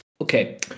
Okay